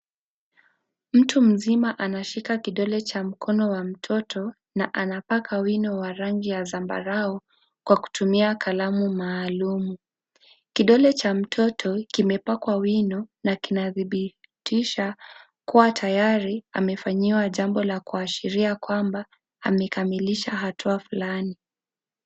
Mtu mzima anashika kidole cha mkono wa mtoto na anapaka wino wa rangi ya zambarau kwa kutumia kalamu maalum. Kidole cha mtoto kimepakwa wino na kinadhibitisha kuwa tayari amefanyiwa jambo la kuashiria kwamba amekamilisha hatua fulani.